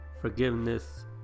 forgiveness